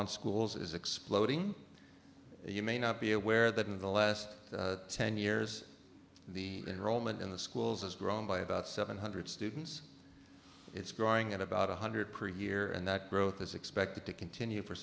t schools is exploding you may not be aware that in the last ten years the roman in the schools is grown by about seven hundred students it's growing at about one hundred per year and that growth is expected to continue for